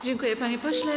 Dziękuję, panie pośle.